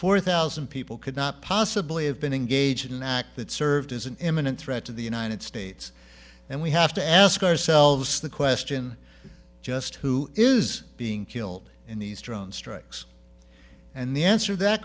four thousand people could not possibly have been engaged in an act that served as an imminent threat to the united states and we have to ask ourselves the question just who is being killed in these drone strikes and the answer that